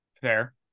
Fair